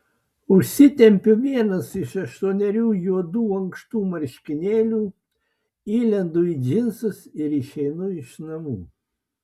užsitempiu vienus iš aštuonerių juodų ankštų marškinėlių įlendu į džinsus ir išeinu iš namų